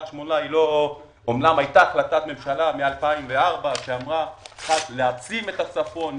אמנם הייתה החלטת ממשלה מ-2004 שאמרה להעצים את הצפון,